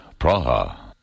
Praha